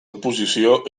oposició